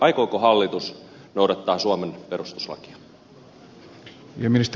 aikooko hallitus noudattaa suomen perustuslakia